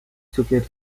cukier